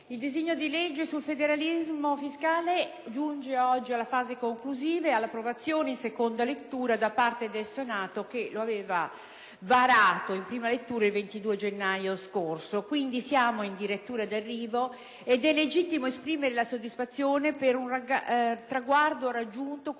il disegno di legge sul federalismo fiscale giunge oggi alla fase conclusiva e all'approvazione, in seconda lettura, da parte del Senato, che lo aveva varato in prima lettura il 22 gennaio scorso. Siamo quindi in dirittura d'arrivo ed è legittimo esprimere la soddisfazione per un traguardo raggiunto